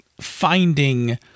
finding